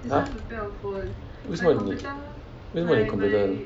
!huh! 为什么你为什么你 computer